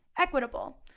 equitable